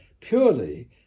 purely